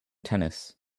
tennis